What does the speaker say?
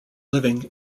living